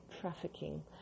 trafficking